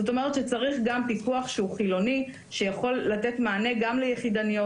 צריך פיקוח חילוני שיוכל לתת מענה גם ליחידניות